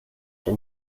oder